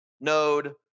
node